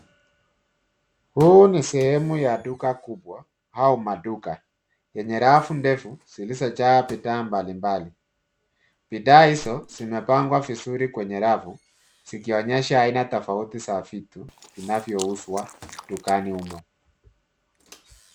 Hii ni sehemu ya duka kubwa au maduka yenye rafu ndefu zilizojaa bidhaa mbalimbali bidhaa hizo zimepangwa vizuri kwenye rafu zikionyesha aina tofauti za vitu vinavyouzwa dukani humu.